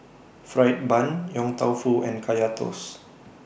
Fried Bun Yong Tau Foo and Kaya Toast